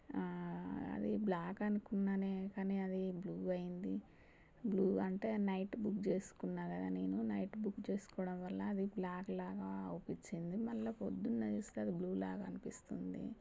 అది బ్ల్యాక్ అనుకున్నానే కానీ అది బ్లూ అయింది బ్లూ అంటే నైట్ బుక్ చేసుకున్నా కదా నేను నైట్ బుక్ చేసుకోవడం వల్ల అది బ్ల్యాక్ లాగా అవుపిచ్చింది మళ్ళా పొద్దున్న చూస్తే అది బ్లూ లాగా అనిపిస్తుంది